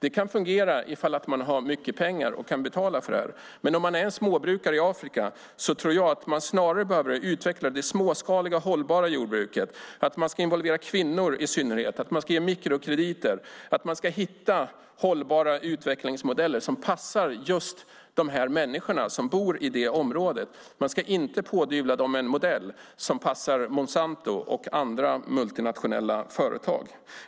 Det kan fungera om man har mycket pengar och kan betala för det, men när det är fråga om småbrukare i Afrika tror jag att man snarare behöver utveckla det småskaliga, hållbara jordbruket, involvera i synnerhet kvinnorna och ge mikrokrediter. Man behöver hitta hållbara utvecklingsmodeller som passar de människor som bor i områdena. Man ska inte pådyvla dem en modell som passar Monsanto och andra multinationella företag.